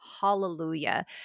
hallelujah